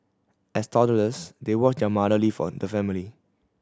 as toddlers they watched their mother leave on the family